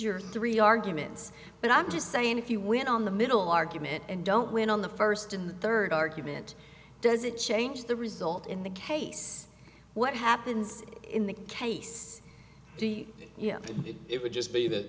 your three arguments but i'm just saying if you win on the middle argument and don't win on the first and third argument doesn't change the result in the case what happens in the case you know it would just be that